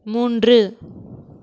மூன்று